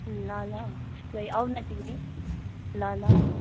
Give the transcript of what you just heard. ल ल आऊ न तिमी ल ल औ